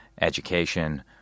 education